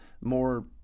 more